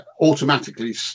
automatically